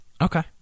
Okay